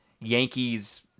Yankees